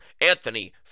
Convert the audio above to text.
Anthony